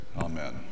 amen